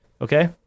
Okay